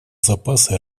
запасы